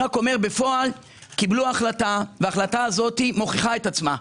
בפועל, קיבלו החלטה, וההחלטה הזאת מוכיחה את עצמה.